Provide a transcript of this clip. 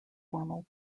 formal